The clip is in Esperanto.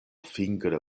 fingre